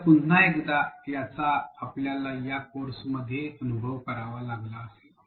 तर पुन्हा एकदा याचा आपल्याला या कोर्समध्येचअनुभव करावा लागला असेल